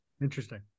Interesting